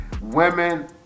Women